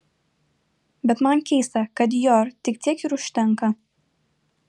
bet man keista kad dior tik tiek ir užtenka